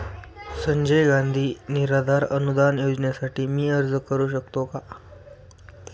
संजय गांधी निराधार अनुदान योजनेसाठी मी अर्ज करू शकतो का?